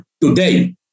today